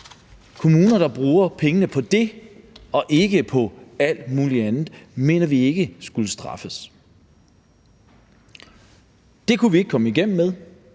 Kommuner, der bruger penge på det og ikke alt mulig andet, mener vi ikke skal straffes. Det kunne vi ikke komme igennem med,